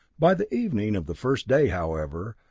by the evening of the first day, however,